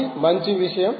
అది మంచి విషయం